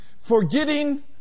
Forgetting